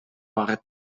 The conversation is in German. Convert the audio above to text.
ward